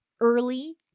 early